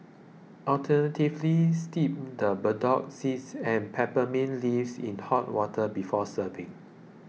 alternatively steep the burdock seeds and peppermint leaves in hot water before serving